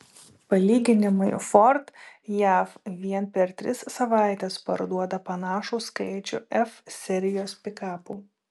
palyginimui ford jav vien per tris savaites parduoda panašų skaičių f serijos pikapų